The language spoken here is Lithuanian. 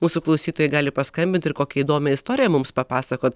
mūsų klausytojai gali paskambint ir kokią įdomią istoriją mums papasakot